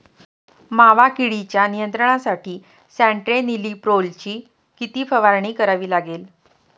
मावा किडीच्या नियंत्रणासाठी स्यान्ट्रेनिलीप्रोलची किती फवारणी करावी लागेल?